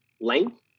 length